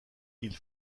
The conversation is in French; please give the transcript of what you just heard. ils